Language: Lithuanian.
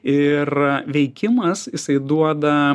ir veikimas jisai duoda